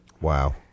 Wow